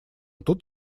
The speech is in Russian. тут